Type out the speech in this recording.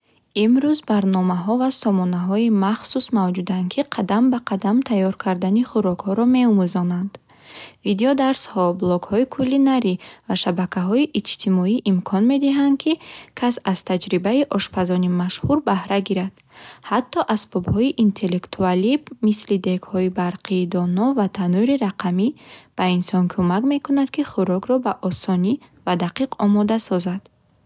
Имрӯз барномаҳо ва сомонаҳои махсус мавҷуданд, ки қадам ба қадам тайёр кардани хӯрокҳоро меомӯзонанд. Видеодарсҳо, блогҳои кулинарӣ ва шабакаҳои иҷтимоӣ имкон медиҳанд, ки кас аз таҷрибаи ошпазони машҳур баҳра гирад. Ҳатто асбобҳои интеллектуалӣ, мисли дегҳои барқии доно ва танӯри рақамӣ, ба инсон кӯмак мекунанд, ки хӯрокро бо осонӣ ва дақиқ омода созад.